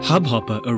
Hubhopper